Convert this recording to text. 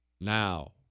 Now